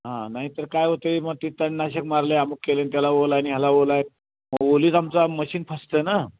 हां नाहीतर काय होत आहे मग तणनाशक मारलं आहे अमूक केलं आहे आणि त्याला ओल आणि ह्याला ओल आहे मग ओलीत आमचा मशीन फसत आहे ना